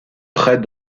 près